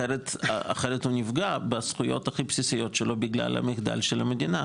אחרת הוא נפגע בזכויות הכי בסיסיות שלו בגלל המחדל של המדינה.